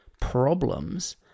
problems